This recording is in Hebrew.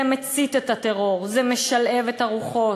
זה מצית את הטרור, זה משלהב את הרוחות.